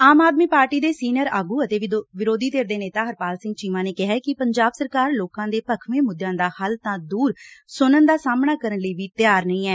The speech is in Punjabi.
ਆਮ ਆਦਮੀ ਪਾਰਟੀ ਦੇ ਸੀਨੀਅਰ ਆਗੁ ਅਤੇ ਵਿਰੋਧੀ ਧਿਰ ਦੇ ਨੇਤਾ ਹਰਪਾਲ ਸਿੰਘ ਚੀਮਾ ਨੇ ਕਿਹੈ ਕਿ ਪੰਜਾਬ ਸਰਕਾਰ ਲੋਕਾਂ ਦੇ ਭਖਵੇ ਮੱਦਿਆਂ ਦਾ ਹੱਲ ਤਾਂ ਦਰ ਸਣਨ ਦਾ ਸਾਹਮਣਾ ਕਰਨ ਲਈ ਵੀ ਤਿਆਰ ਨਹੀਂ ਐ